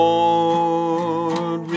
Lord